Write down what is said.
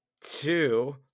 two